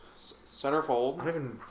centerfold